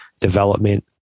development